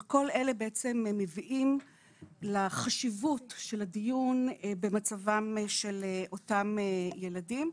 וכל אלה בעצם הם מביאים לחשיבות של הדיון במצבם של אותם ילדים.